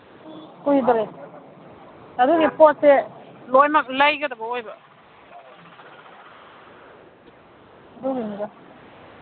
ꯀꯨꯏꯗꯔꯦ ꯑꯗꯨꯒꯤ ꯄꯣꯠꯁꯦ ꯂꯣꯏꯅ ꯂꯩꯒꯗꯕ ꯑꯣꯏꯕ ꯑꯗꯨꯒꯤꯅꯤꯗ